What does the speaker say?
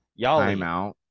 Timeout